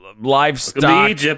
livestock